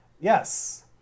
Yes